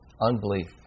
unbelief